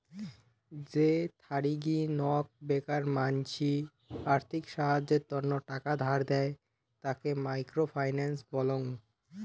যে থারিগী নক বেকার মানসি আর্থিক সাহায্যের তন্ন টাকা ধার দেয়, তাকে মাইক্রো ফিন্যান্স বলং